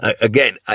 Again